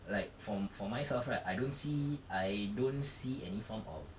like for for myself right I don't see I don't see any form of